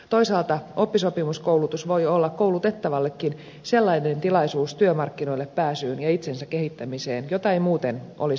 toisaalta oppisopimuskoulutus voi olla koulutettavallekin työmarkkinoille pääsyyn ja itsensä kehittämiseen sellainen tilaisuus jota ei muuten olisi tarjolla